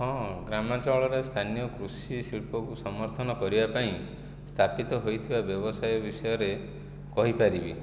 ହଁ ଗ୍ରାମାଞ୍ଚଳରେ ସ୍ଥାନୀୟ କୃଷିଶିଳ୍ପକୁ ସମର୍ଥନ କରିବା ପାଇଁ ସ୍ଥାପିତ ହୋଇଥିବା ବ୍ୟବସାୟ ବିଷୟରେ କହିପାରିବି